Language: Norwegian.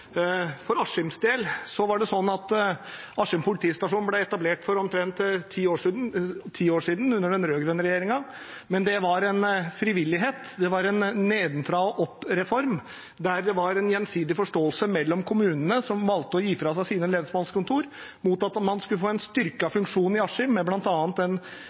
For Askims del var det sånn at Askim politistasjon ble etablert for omtrent ti år siden under den rød-grønne regjeringen, men det var en frivillighet, det var en nedenfra-og-opp-reform, der det var en gjensidig forståelse mellom kommunene som valgte å gi fra seg sine lensmannskontor mot at man skulle få en styrket funksjon i Askim med bl.a. en